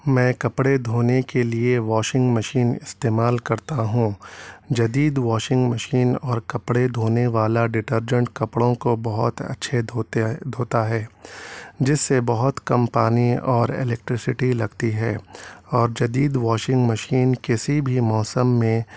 میں کپڑے دھونے کے لیے واشنگ مشین استعمال کرتا ہوں جدید واشنگ مشین اور کپڑے دھونے والا ڈٹرجنٹ کپڑوں کو بہت اچھے دھوتیے دھوتا ہے جس سے بہت کم پانی اور الیکٹریسٹی لگتی ہے اور جدید واشنگ مشین کسی بھی موسم میں